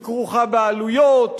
היא כרוכה בעלויות,